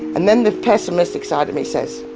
and then the pessimistic side of me says,